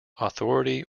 authority